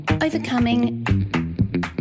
overcoming